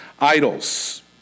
idols